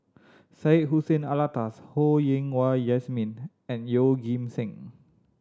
Syed Hussein Alatas Ho Yen Wah Jesmine and Yeoh Ghim Seng